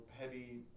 heavy